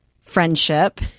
friendship